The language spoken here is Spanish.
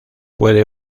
puede